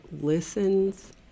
listens